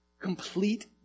Complete